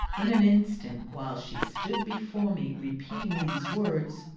in an instant, while she stood before me repeating these words,